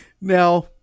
Now